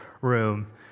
room